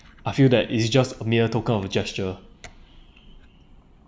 I feel that it is just a mere token of gesture